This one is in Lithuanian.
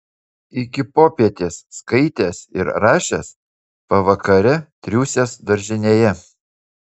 iki popietės skaitęs ir rašęs pavakare triūsęs daržinėje